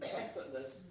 effortless